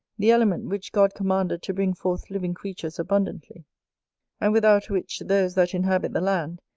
the element which god commanded to bring forth living creatures abundantly and without which, those that inhabit the land,